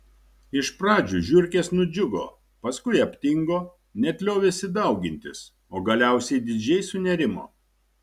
iš pradžių žiurkės nudžiugo paskui aptingo net liovėsi daugintis o galiausiai didžiai sunerimo